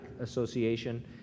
Association